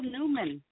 Newman